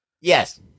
yes